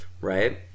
right